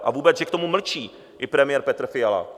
A vůbec, že k tomu mlčí i premiér Petr Fiala.